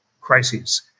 crises